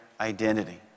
identity